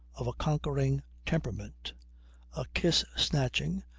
of a conquering temperament a kiss-snatching,